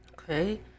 Okay